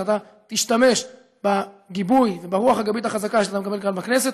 שאתה תשתמש בגיבוי וברוח הגבית החזקה שאתה מקבל כאן בכנסת